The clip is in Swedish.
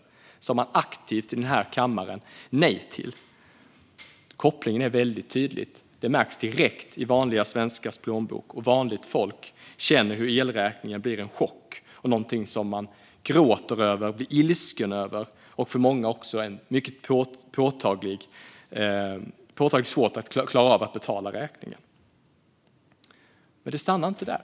Det sa man aktivt nej till här i kammaren. Kopplingen är väldigt tydlig. Detta märks direkt i plånboken hos vanliga svenskar. Och för vanligt folk blir elräkningen en chock. Det är något man gråter över och blir ilsken över. För många blir det också påtagligt svårt att klara av att betala räkningen. Det stannar dock inte där.